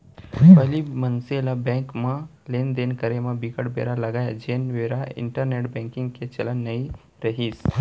पहिली मनसे ल बेंक म लेन देन करे म बिकट बेरा लगय जेन बेरा इंटरनेंट बेंकिग के चलन नइ रिहिस